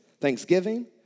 thanksgiving